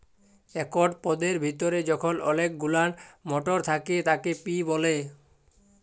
একট পদের ভিতরে যখল অলেক গুলান মটর থ্যাকে তাকে পি ব্যলে